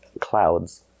clouds